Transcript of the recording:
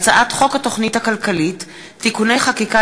הצעת חוק התוכנית הכלכלית (תיקוני חקיקה